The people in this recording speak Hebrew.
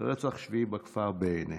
רצח שביעי בכפר בענה.